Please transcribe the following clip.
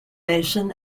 mason